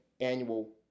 annual